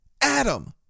Adam